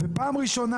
גברתי היושבת-ראש.